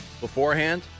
Beforehand